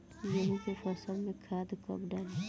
गेहूं के फसल में खाद कब डाली?